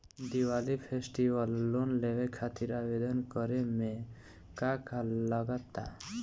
Diwali festival loan लेवे खातिर आवेदन करे म का का लगा तऽ?